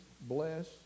bless